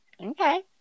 okay